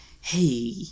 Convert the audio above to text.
hey